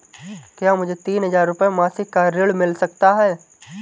क्या मुझे तीन हज़ार रूपये मासिक का ऋण मिल सकता है?